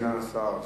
סגן שר הביטחון,